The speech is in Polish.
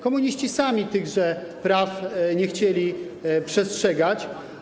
Komuniści sami tych praw nie chcieli przestrzegać.